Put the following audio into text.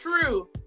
true